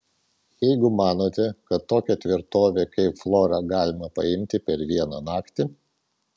jeigu manote kad tokią tvirtovę kaip flora galima paimti per vieną naktį